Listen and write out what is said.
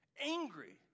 Angry